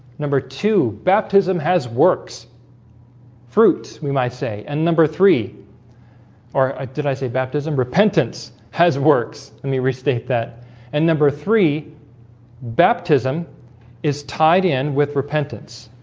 number two baptism has works fruit we might say and number three or i did i say baptism repentance has works let me restate that and number three baptism is tied in with repentance